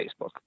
Facebook